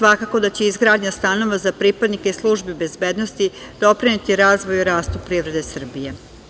Svakako da će izgradnja stanova za pripadnike službe bezbednosti doprineti razvoju i rastu privrede Srbije.